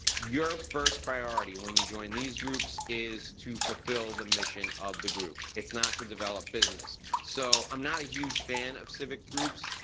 your first priority when you join these groups is to fulfill the mission of the group. it's not to develop business. so i'm not a huge fan of civic groups.